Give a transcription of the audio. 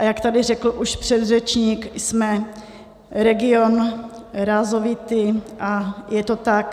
A jak tady řekl už předřečník, jsme region rázovitý a je to tak.